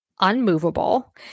unmovable